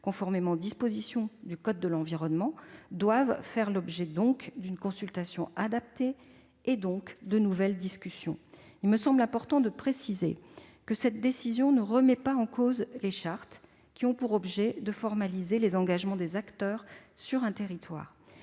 conformément aux dispositions du code de l'environnement doivent faire l'objet d'une consultation adaptée, donc de nouvelles discussions. Il me semble important de préciser que cette décision ne remet pas en cause les chartes, qui ont pour objet de formaliser les engagements des acteurs sur un territoire.